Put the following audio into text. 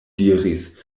diris